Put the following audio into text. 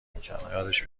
میکردم، یادش